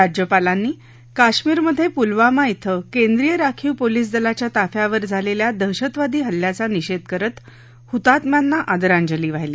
राज्यपालांनी काश्मीरमध्ये पुलवामा इथं केंद्रीय राखीव पोलिस दलाच्या ताफ्यावर झालेल्या दहशतवादी हल्ल्याचा निषेध करत हुतात्म्यांना आदरांजली वाहिली